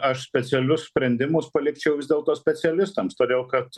aš specialius sprendimus palikčiau vis dėlto specialistams todėl kad